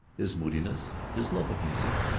his moodiness, his love of music,